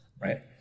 Right